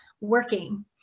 working